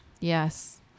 Yes